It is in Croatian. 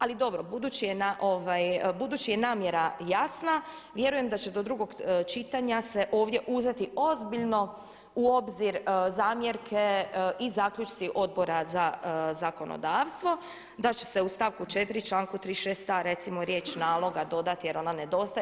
Ali dobro, budući je namjera jasna vjerujem da će do drugog čitanja se ovdje uzeti ozbiljno u obzir zamjerke i zaključci Odbora za zakonodavstvo, da će se u stavku 4. članku 36a recimo riječ naloga dodati jer ona nedostaje.